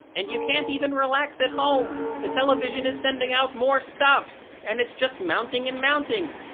and you can't even relax at home the television is sending out more stuff, and it's just mounting and mounting.